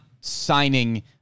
signing